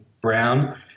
brown